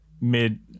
mid